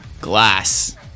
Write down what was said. glass